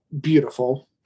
beautiful